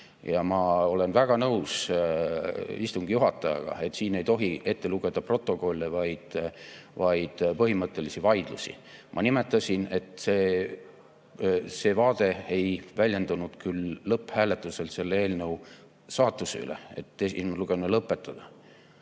ma olen väga nõus istungi juhatajaga, et siin ei tohi ette lugeda protokolle, vaid [tuleb kajastada] põhimõttelisi vaidlusi. Ma nimetasin, et see vaade ei väljendunud küll lõpphääletusel selle eelnõu saatuse üle, et esimene lugemine